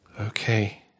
Okay